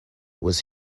was